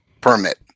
permit